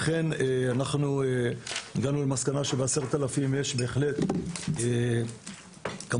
לכן הגענו למסקנה שב-10,000 בהחלט כמות